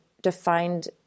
defined